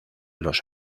los